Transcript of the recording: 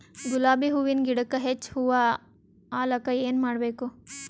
ಗುಲಾಬಿ ಹೂವಿನ ಗಿಡಕ್ಕ ಹೆಚ್ಚ ಹೂವಾ ಆಲಕ ಏನ ಮಾಡಬೇಕು?